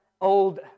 old